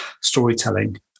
storytelling